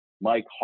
Mike